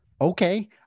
Okay